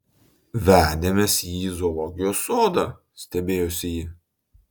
vedėmės jį į zoologijos sodą stebėjosi ji